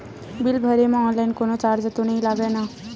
Bill भरे मा online कोनो चार्ज तो नई लागे ना?